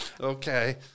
Okay